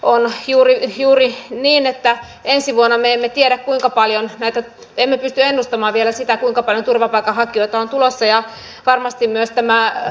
on juuri niin että ensi vuodesta me emme tiedä emme pysty ennustamaan vielä sitä kuinka paljon turvapaikanhakijoita on tulossa